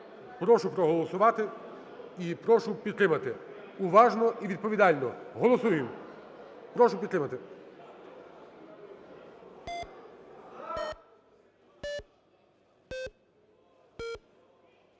Прошу проголосувати і прошу підтримати. Уважно і відповідально. Голосуємо. Прошу підтримати.